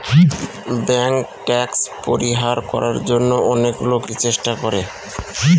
bank tax পরিহার করার জন্য অনেক লোকই চেষ্টা করে